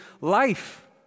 life